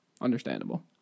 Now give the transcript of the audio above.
understandable